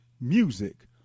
music